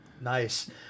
nice